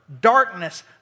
darkness